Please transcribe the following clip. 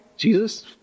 Jesus